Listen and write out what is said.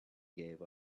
gave